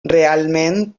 realment